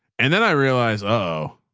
and then i realized, oh,